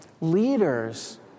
Leaders